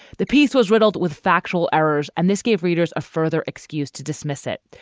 the piece was riddled with factual errors and this gave readers a further excuse to dismiss it.